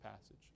passage